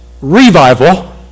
revival